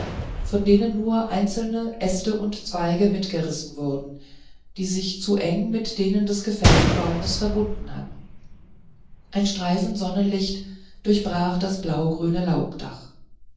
von denen nur einzelne äste und zweige mitgerissen wurden die sich zu eng mit denen des gefällten baumes verbunden hatten ein streifen sonnenlicht durchbrach das blaugrüne laubdach